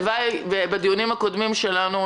הלוואי ובדיונים הקודמים שלנו,